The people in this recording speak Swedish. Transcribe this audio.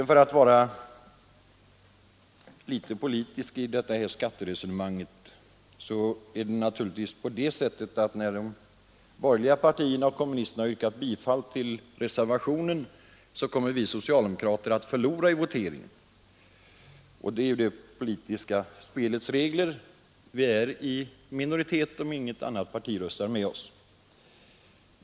För att vara litet politisk i detta skatteresonemang kan jag konstatera, att när de borgerliga partierna och kommunisterna har yrkat bifall till reservationen kommer vi socialdemokrater naturligtvis att förlora i voteringen. Det är ju det politiska spelets regler. Vi är i minoritet om inget annat parti röster med oss.